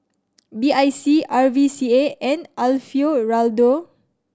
B I C R V C A and Alfio Raldo